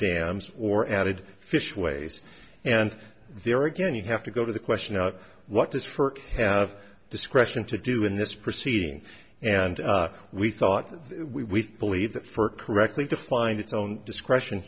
dams or added fish ways and there again you have to go to the question of what does for have discretion to do in this proceeding and we thought we believe that first correctly defined its own discretion